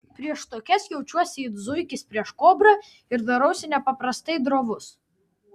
prieš tokias jaučiuosi it zuikis prieš kobrą ir darausi nepaprastai drovus